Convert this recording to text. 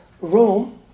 Rome